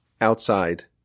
outside